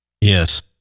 Yes